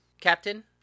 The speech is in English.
Captain